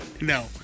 no